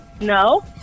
No